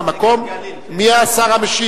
אחרים, לא עברה בקריאה טרומית.